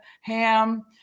ham